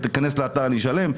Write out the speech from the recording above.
איכנס לאתר ואשלם.